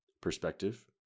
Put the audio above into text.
Perspective